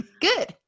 Good